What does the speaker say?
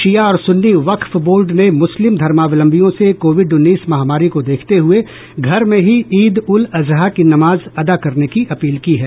शिया और सुन्नी वक्फ बोर्ड ने मुस्लिम धर्मावलंबियों से कोविड उन्नीस महामारी को देखते हुए घर में ही ईद उल अजहा की नमाज अदा करने की अपील की है